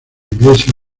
iglesia